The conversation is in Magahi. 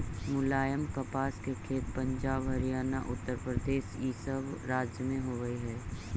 मुलायम कपास के खेत पंजाब, हरियाणा, उत्तरप्रदेश इ सब राज्य में होवे हई